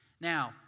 Now